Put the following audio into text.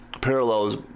parallels